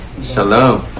Shalom